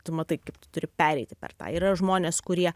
tu matai kaip tu turi pereiti per tą yra žmonės kurie